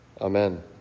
Amen